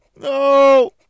no